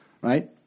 right